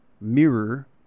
mirror